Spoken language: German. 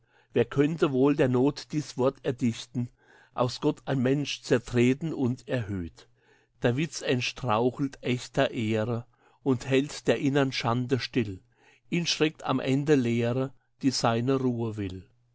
wer könnte wohl der noth dies wort erdichten aus gott ein mensch zertreten und erhöht der witz entstrauchelt ächter ehre und hält der inneren schande still ihn schreckt am ende lehre die seine ruhe will